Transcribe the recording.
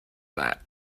that